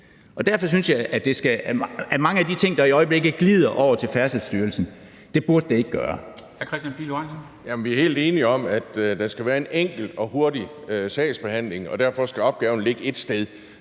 Derfor synes jeg, at mange af de ting, der i øjeblikket glider over til Færdselsstyrelsen, ikke burde gøre